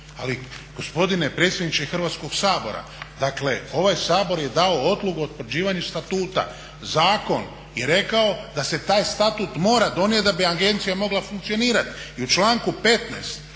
Ali gospodine predsjedniče Hrvatskoga sabora. Dakle ovaj Sabor je dao odluku o utvrđivanju statuta. Zakon je rekao da se taj statut mora donijeti da bi agencija mogla funkcionirati.